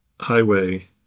highway